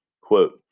Quote